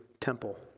temple